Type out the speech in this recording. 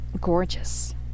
Gorgeous